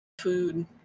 Food